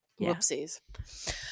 Whoopsies